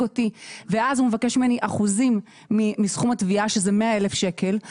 אותו ואז הוא מבקש ממנו אחוזים מסכום התביעה שהם בגובה 100,000 שקלים,